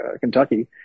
Kentucky